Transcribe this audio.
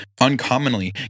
uncommonly